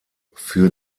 für